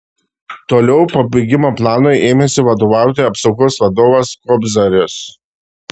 toliau pabėgimo planui ėmėsi vadovauti apsaugos vadovas kobzaris